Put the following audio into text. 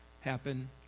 happen